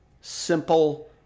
simple